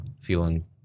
feeling